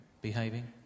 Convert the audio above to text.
behaving